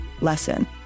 lesson